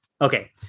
Okay